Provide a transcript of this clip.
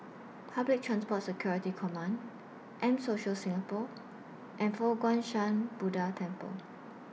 Public Transport Security Command M Social Singapore and Fo Guang Shan Buddha Temple